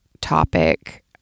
topic